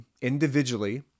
individually